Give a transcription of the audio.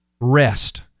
Rest